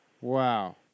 Wow